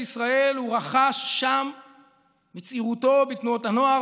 ישראל הוא רכש שם בצעירותו: בתנועות הנוער,